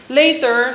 later